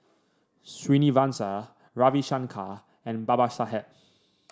Srinivasa Ravi Shankar and Babasaheb